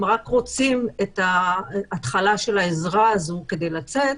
רק רוצים את ההתחלה של העזרה הזאת כדי לצאת,